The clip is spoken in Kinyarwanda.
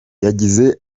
yagize